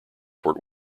fort